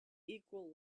equal